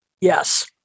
Yes